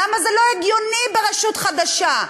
למה זה לא הגיוני ברשות חדשה,